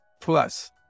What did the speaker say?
Plus